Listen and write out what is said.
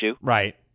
Right